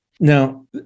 Now